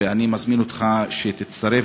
ואני מזמין אותך להצטרף,